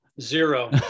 Zero